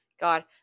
God